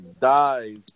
dies